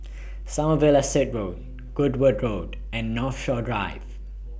Sommerville Said Road Goodwood Road and Northshore Drive